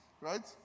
right